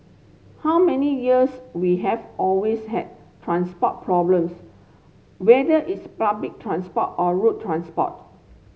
how many years we have always had transport problems whether it's public transport or road transport